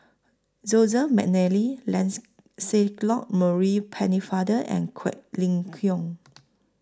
Joseph Mcnally Lance Celot Maurice Pennefather and Quek Ling Kiong